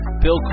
Bill